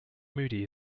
moody